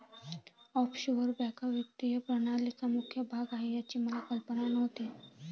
offshore बँका वित्तीय प्रणालीचा मुख्य भाग आहेत याची मला कल्पना नव्हती